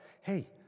hey